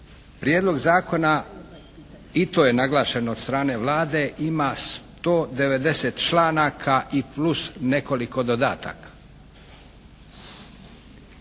Prijedlog zakona, i to je naglašeno od strane Vlade, ima 190 članaka i plus nekoliko dodataka.